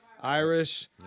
Irish